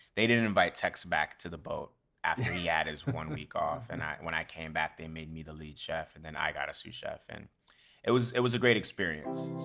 they didn't invite tex back to the boat after he had his one week off and when i came back they made me the lead chef and then i got a sous chef. and it was it was a great experience.